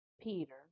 Peter